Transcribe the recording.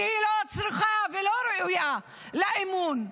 שהיא לא צריכה ולא ראויה לאמון.